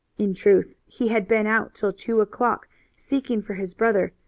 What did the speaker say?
in truth he had been out till two o'clock seeking for his brother,